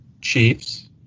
chiefs